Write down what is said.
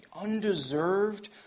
undeserved